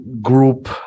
group